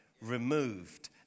removed